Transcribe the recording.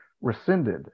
rescinded